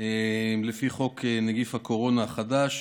לפי חוק נגיף הקורונה החדש.